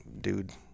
dude